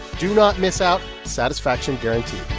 do not miss out. satisfaction guaranteed